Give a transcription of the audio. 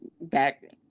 back